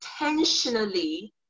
intentionally